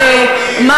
עליזה,